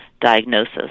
diagnosis